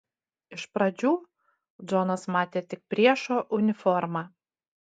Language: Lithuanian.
iš pradžių džonas matė tik priešo uniformą